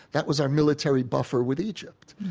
that was our military buffer with egypt.